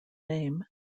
name